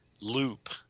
loop